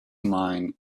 mine